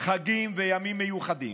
חגים וימים מיוחדים.